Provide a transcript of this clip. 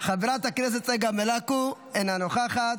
חברת הכנסת צגה מלקו, אינה נוכחת,